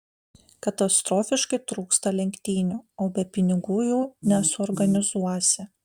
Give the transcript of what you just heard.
katastrofiškai trūksta lenktynių o be pinigų jų nesuorganizuosi